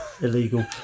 illegal